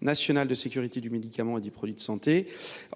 nationale de sécurité du médicament et des produits de santé